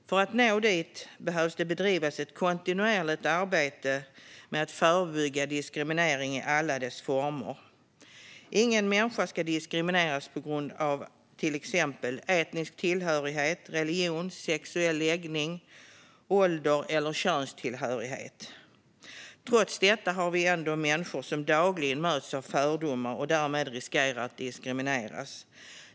För att nå dit behöver det bedrivas ett kontinuerligt arbete med att förebygga diskriminering i alla dess former. Ingen människa ska diskrimineras på grund av till exempel etnisk tillhörighet, religion, sexuell läggning, ålder eller könstillhörighet. Trots detta finns ändå människor som dagligen möts av fördomar och som därmed riskerar att diskrimineras.